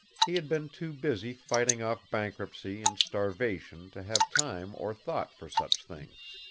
he had been too busy fighting off bankruptcy and starvation to have time or thought for such things.